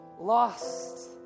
lost